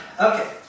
Okay